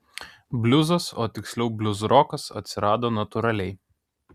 bliuzas o tiksliau bliuzrokas atsirado natūraliai